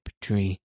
tree